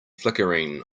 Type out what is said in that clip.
flickering